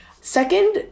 Second